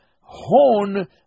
horn